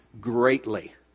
greatly